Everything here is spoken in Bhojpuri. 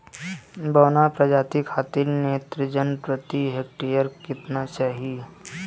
बौना प्रजाति खातिर नेत्रजन प्रति हेक्टेयर केतना चाही?